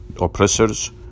oppressors